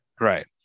Right